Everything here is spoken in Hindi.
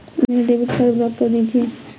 मेरा डेबिट कार्ड ब्लॉक कर दीजिए